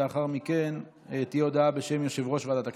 לאחר מכן תהיה הודעה בשם יושב-ראש ועדת הכנסת.